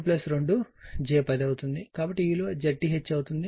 కాబట్టి ఈ విలువ ZTH అవుతుంది